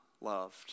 loved